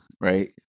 right